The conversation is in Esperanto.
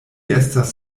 estas